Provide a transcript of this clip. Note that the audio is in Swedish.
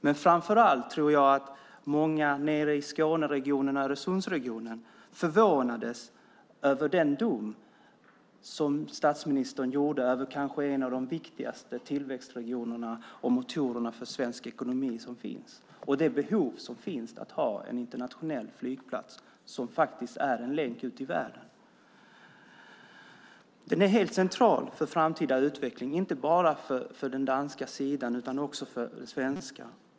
Men framför allt tror jag att många nere i Skåneregionen och Öresundsregionen förvånades över den dom som statsministern fällde över kanske en av de viktigaste tillväxtregionerna och motorerna för svensk ekonomi och det behov som finns av en internationell flygplats, som faktiskt är en länk ut i världen. Den är helt central för framtida utveckling, inte bara för den danska sidan utan också för den svenska.